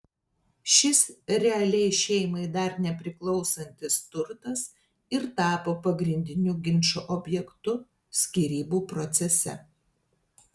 šis realiai šeimai dar nepriklausantis turtas ir tapo pagrindiniu ginčo objektu skyrybų procese